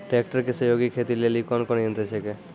Tractor के सहयोगी खेती लेली कोन कोन यंत्र छेकै?